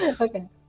Okay